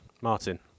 Martin